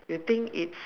you think it's